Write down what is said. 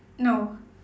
no